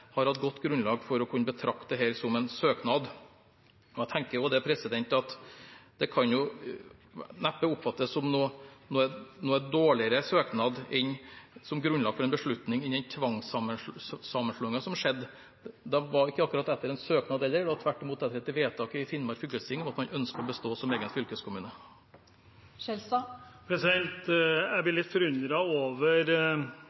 kan oppfattes som noen dårligere søknad som grunnlag for en beslutning enn den da tvangssammenslåingen skjedde. Det var ikke akkurat etter en søknad heller, det var tvert imot etter et vedtak i Finnmark fylkesting om at man ønsket å bestå som egen fylkeskommune. Jeg blir